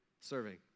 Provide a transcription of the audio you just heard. Serving